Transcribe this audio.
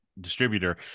distributor